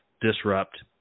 Disrupt